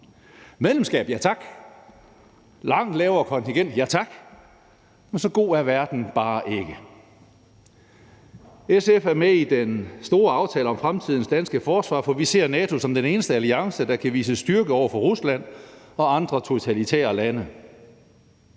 medlemskab og ja tak til langt lavere kontingent, men så god er verden bare ikke. SF er med i den store aftale om fremtidens danske forsvar, for vi ser NATO som den eneste alliance, der kan vise styrke over for Rusland og andre totalitære lande.